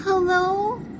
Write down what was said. Hello